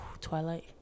Twilight